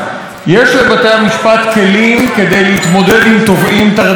יש לבתי המשפט כלים כדי להתמודד עם תובעים טרדניים.